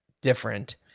different